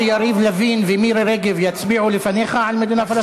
שיריב לוין ומירי רגב יצביעו לפניך על מדינה פלסטינית?